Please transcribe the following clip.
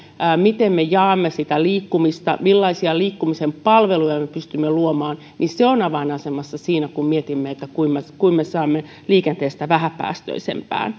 miten me jaamme sitä liikkumista millaisia liikkumisen palveluja me pystymme luomaan on avainasemassa siinä kun mietimme kuinka me saamme liikenteestä vähäpäästöisempää